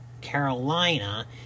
Carolina